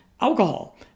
alcohol